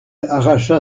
arracha